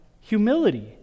humility